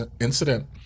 incident